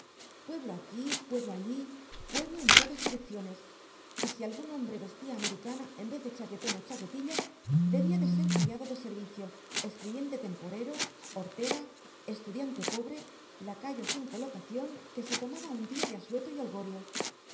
pueblo aquí pueblo allí pueblo en todas direcciones y si algún hombre vestía americana en vez de chaquetón o chaquetilla debía de ser criado de servicio escribiente temporero hortera estudiante pobre lacayo sin colocación que se tomaba un día de asueto y